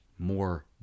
More